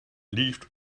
leafed